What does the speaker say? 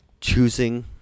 choosing